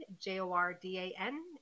J-O-R-D-A-N